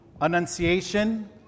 Annunciation